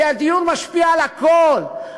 כי הדיור משפיע על הכול,